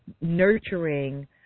nurturing